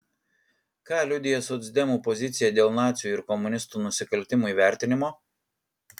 ką liudija socdemų pozicija dėl nacių ir komunistų nusikaltimų įvertinimo